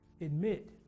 Admit